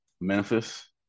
Memphis